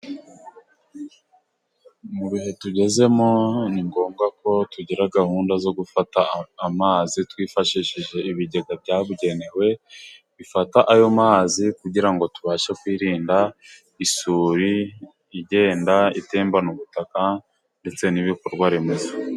Mu bihe tugezemo ni ngombwa ko tugira gahunda zo gufata amazi twifashishije ibigega byabugenewe bifata ayo mazi kugirango tubashe kwirinda isuri igenda itembana ubutaka ndetse n'ibikorwa remezo.